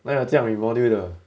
where got 这样 remodule 的